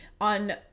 on